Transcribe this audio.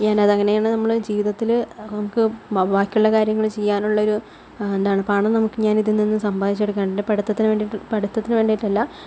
ഞാനതങ്ങനെയാണ് നമ്മള് ജീവിതത്തില് നമുക്ക് ബാക്കിയുള്ള കാര്യങ്ങള് ചെയ്യാനുള്ളൊരു എന്താണ് പണം നമുക്ക് ഞാനിതിൽ നിന്ന് സമ്പാദിച്ചെടുക്കാൻ പഠിത്തത്തിന് വേണ്ടീട്ട് പഠിത്തത്തിന് വേണ്ടീട്ടല്ല